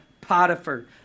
Potiphar